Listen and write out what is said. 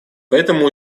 поэтому